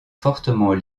fortement